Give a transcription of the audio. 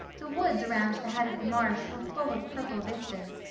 the woods around the head of the marsh were full of purple vistas,